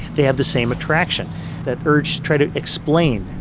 they have the same attraction that urge try to explain